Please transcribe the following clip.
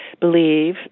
believe